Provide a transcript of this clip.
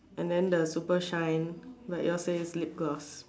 and then the super shine but yours says lip gloss